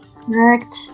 Correct